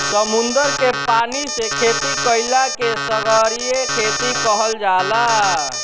समुंदर के पानी से खेती कईला के सागरीय खेती कहल जाला